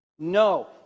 No